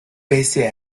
pese